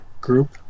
group